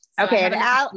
okay